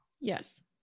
Yes